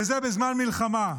וזה בזמן מלחמה.